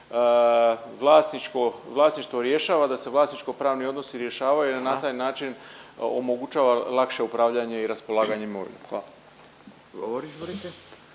da se vlasničko-pravni odnosi rješavaju jer na taj način omogućava lakše upravljanje i raspolaganje imovinom. Hvala.